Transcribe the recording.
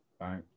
Right